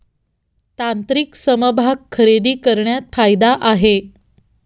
तांत्रिक समभाग खरेदी करण्यात फायदा आहे